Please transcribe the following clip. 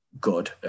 good